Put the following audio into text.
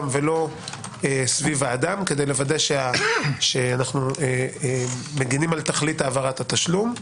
ולא סביב האדם כדי לוודא שאנחנו מגנים על תכלית העברת התשלום.